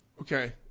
Okay